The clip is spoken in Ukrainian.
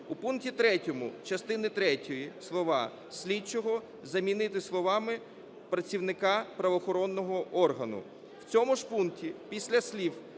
У пункті 3 частини третьої слова "слідчого" замінити словами "працівника правоохоронного органу".